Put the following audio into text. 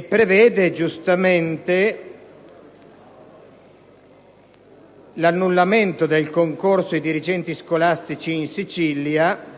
prevede giustamente l'annullamento del concorso per dirigenti scolastici in Sicilia,